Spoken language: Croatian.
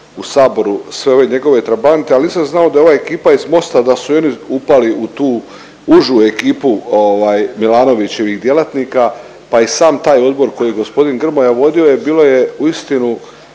u Saboru sve ove njegove trabante. Ali nisam znao da je ova ekipa iz Mosta da su i oni upali u tu užu ekipu Milanovićevih djelatnika, pa i sam taj Odbor koji je gospodin Grmoja vodio bilo je uistinu